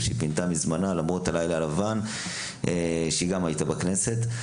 למרות הלילה הלבן שהיא בילתה בכנסת,